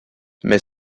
mais